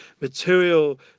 material